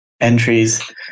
entries